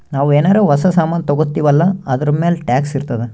ನಾವು ಏನಾರೇ ಹೊಸ ಸಾಮಾನ್ ತಗೊತ್ತಿವ್ ಅಲ್ಲಾ ಅದೂರ್ಮ್ಯಾಲ್ ಟ್ಯಾಕ್ಸ್ ಇರ್ತುದೆ